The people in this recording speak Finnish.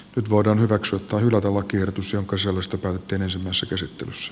nyt voidaan hyväksyä tai hylätä lakiehdotus jonka sisällöstä päätettiin ensimmäisessä käsittelyssä